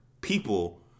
people